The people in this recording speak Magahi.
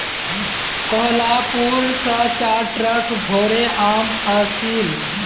कोहलापुर स चार ट्रक भोरे आम ओसील